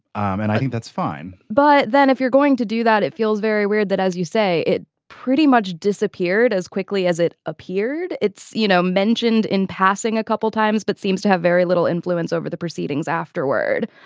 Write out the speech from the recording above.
and i think that's fine but then if you're going to do that it feels very weird that as you say it pretty much disappeared as quickly as it appeared. it's you know mentioned in passing a couple times but seems to have very little influence over the proceedings afterword.